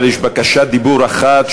אבל יש בקשת דיבור אחת,